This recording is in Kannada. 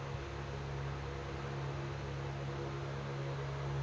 ಗೋಂಜಾಳ ಬೆಳೆ ಕತ್ರಸಾಕ್ ಬಳಸುವ ಛಲೋ ಟ್ರ್ಯಾಕ್ಟರ್ ಯಾವ್ದ್ ಐತಿ?